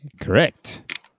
Correct